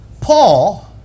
Paul